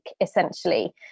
essentially